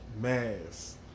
mass